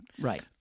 right